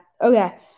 Okay